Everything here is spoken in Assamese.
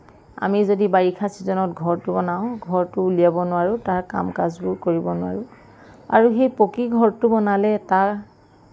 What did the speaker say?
আমি যদি বাৰিষা চিজনত ঘৰটো বনাওঁ ঘৰটো উলিয়াব নোৱাৰোঁ তাৰ কাম কাজবোৰ কৰিব নোৱাৰোঁ আৰু সেই পকী ঘৰটো বনালে এটা